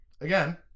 Again